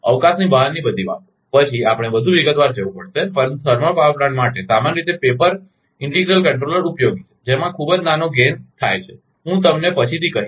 અવકાશની બહારની બધી બાબતો પછી આપણે વધુ વિગતવાર જવું પડશે પરંતુ થર્મલ પાવર પ્લાન્ટ માટે સામાન્ય રીતે પેપર ઇન્ટિગ્રલ કંટ્રોલર ઉપયોગી થાય છે જેમાં ખૂબ જ નાનો ગેઇનલાભ થાય છે હું તમને પછીથી કહીશ